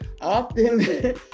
often